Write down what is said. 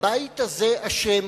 והבית הזה אשם,